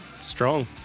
strong